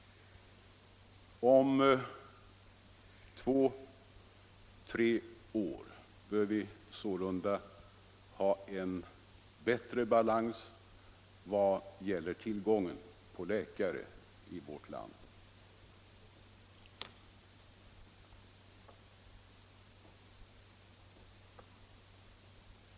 Om två till tre år bör vi sålunda ha en bättre balans vad gäller tillgången på läkare i vårt land.